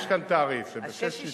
יש כאן תעריף שב-6.60,